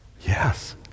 Yes